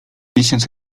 tysiąc